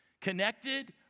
connected